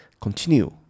continue